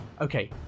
Okay